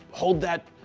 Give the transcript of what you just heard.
hold that,